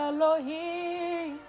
Elohim